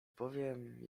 powiem